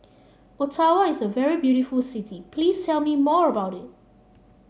Ottawa is a very beautiful city please tell me more about it